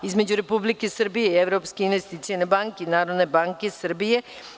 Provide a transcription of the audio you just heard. A“, između Republike Srbije i Evropske investicione banke i Narodne banke Srbije.